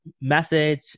message